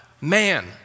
Man